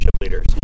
leaders